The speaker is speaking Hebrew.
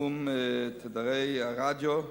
בתחום תדרי הרדיו,